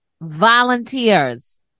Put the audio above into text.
volunteers